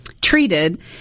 treated